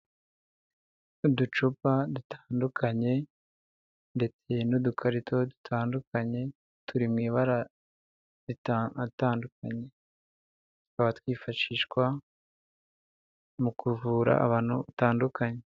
Uducupa dutandukanye ndetse n'udukarito dutandukanye turi mu ibara atandukanye tukaba twifashishwa mu kuvura abantu batandukanye.